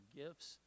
gifts